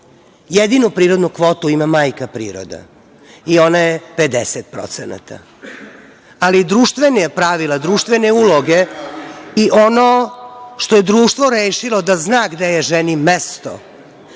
Jedinu prirodnu kvotu ima majka priroda i ona je 50%. Ali, društvena pravila, društvene uloge i ono što je društvo da zna gde je ženi mesto,